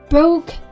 Broke